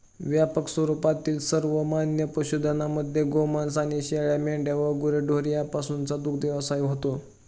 व्यापक स्वरूपातील सर्वमान्य पशुधनामध्ये गोमांस आणि शेळ्या, मेंढ्या व गुरेढोरे यापासूनचा दुग्धव्यवसाय येतो